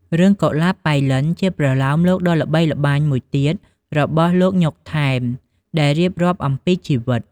រឿងកុលាបប៉ៃលិន ជាប្រលោមលោកដ៏ល្បីល្បាញមួយទៀតរបស់ លោក ញ៉ុក ថែម ដែលរៀបរាប់អំពីជីវិត។